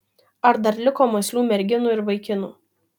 ar dar liko mąslių merginų ir vaikinų